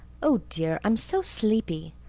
oh, dear, i'm so sleepy.